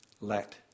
let